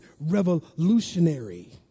revolutionary